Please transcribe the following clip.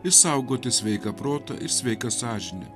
išsaugoti sveiką protą ir sveiką sąžinę